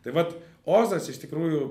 tai vat ozas iš tikrųjų